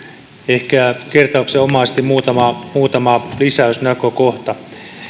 ehkä kertauksenomaisesti muutama muutama lisäysnäkökohta